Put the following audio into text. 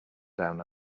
down